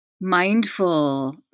mindful